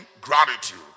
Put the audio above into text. gratitude